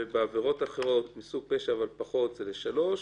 ובעבירות אחרות מסוג פשע אבל פחות זה לשלוש,